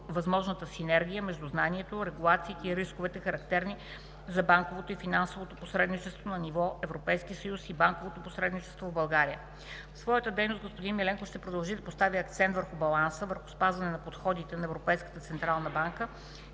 възможната синергия между знанието, регулациите и рисковете, характерни за банковото и финансово посредничество на ниво Европейски съюз и банковото посредничество в България. В своята дейност господин Миленков ще продължи да поставя акцент върху баланса между спазване на подходите на Европейската централна банка